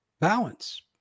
Balance